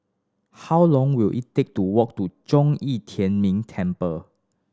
how long will it take to walk to Zhong Yi Tian Ming Temple